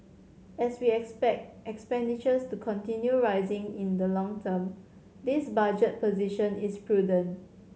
as we expect expenditures to continue rising in the long term this budget position is prudent